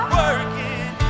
working